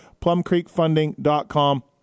PlumCreekFunding.com